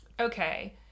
Okay